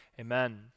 Amen